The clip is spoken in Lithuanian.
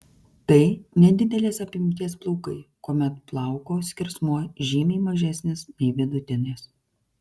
tai nedidelės apimties plaukai kuomet plauko skersmuo žymiai mažesnis nei vidutinis